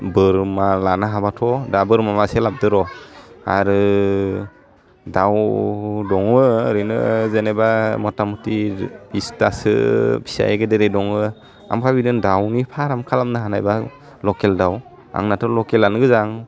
बोरमा लानो हाबाथ' दा बोरमा मासे लाबोदो र' आरो दाउ दङ ओरैनो जेनेबा मथा मथि बिसथासो फिसायै गेदेरै दोङो आमफ्राय बिदिनो दाउनि फाराम खालामनो हानायबा लकेल दाउ आंनाथ' लकेलानो गोजा